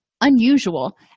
unusual